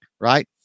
Right